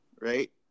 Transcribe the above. Right